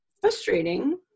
frustrating